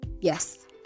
Yes